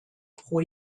pro